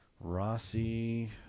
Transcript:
Rossi